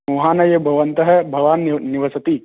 मोहना ये भवन्तः भवान् निवसति